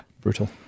brutal